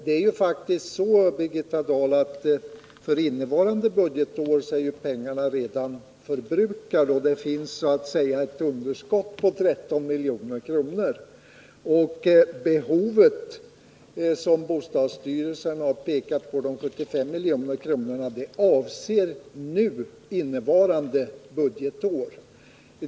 Det är faktiskt så, Birgitta Dahl, att förinnevarande budgetår är pengarna redan förbrukade. Det finns så att säga ett underskott på 13 milj.kr. Det behov som bostadsstyrelsen har pekat på, de 75 miljonerna, avser innevarande budgetår.